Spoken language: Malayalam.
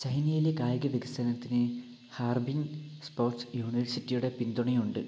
ചൈനയിലെ കായിക വികസനത്തിന് ഹാർബിൻ സ്പോർട്സ് യൂണിവേഴ്സിറ്റിയുടെ പിന്തുണയുണ്ട്